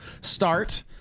start